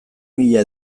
mila